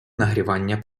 нагрівання